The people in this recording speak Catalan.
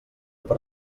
per